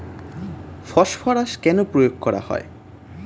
Phosphorus কেন প্রয়োগ করা হয়?